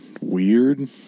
weird